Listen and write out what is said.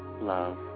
love